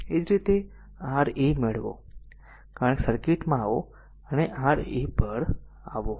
એ જ રીતે જ્યારે r a a મેળવો ત્યારે આ સર્કિટમાં આવો જ્યારે r a a પર આવો